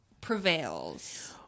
prevails